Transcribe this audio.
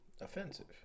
Offensive